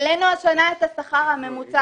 העלינו השנה את השכר הממוצע.